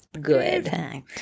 good